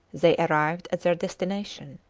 they arrived at their destination.